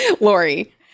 Lori